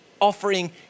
offering